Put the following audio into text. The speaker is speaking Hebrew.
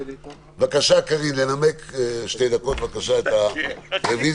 בבקשה, קארין, לנמק שתי דקות בבקשה את הרוויזיה.